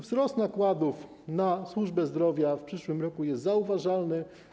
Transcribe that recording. Wzrost nakładów na służbę zdrowia w przyszłym roku jest zauważalny.